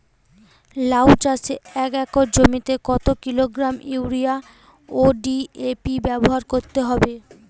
লাউ চাষে এক একর জমিতে কত কিলোগ্রাম ইউরিয়া ও ডি.এ.পি ব্যবহার করতে হবে?